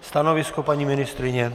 Stanovisko paní ministryně?